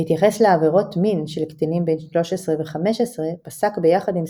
בהתייחס לעבירות מין של קטינים בני 13 ו-15 פסק ביחד עם